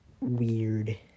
weird